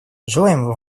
желаем